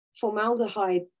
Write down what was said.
formaldehyde